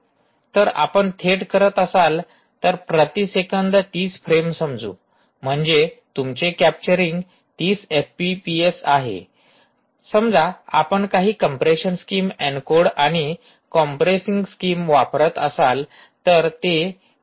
तर आपण थेट करत असाल तर प्रति सेकंद 30 फ्रेम समजू म्हणजे तुमचे कॅप्चरिंग 30 एफपीएस आहे समजा आपण काही कम्प्रेशन्स स्कीम एन्कोड आणि कॉम्प्रेसिंग स्कीम वापरत असाल तर ते H